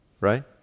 right